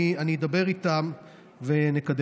אני איכנס לזה.